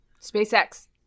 SpaceX